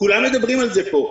כולם מדברים על זה פה.